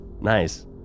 Nice